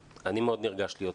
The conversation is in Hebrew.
אני מאוד נרגש להיות כאן.